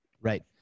Right